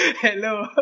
Hello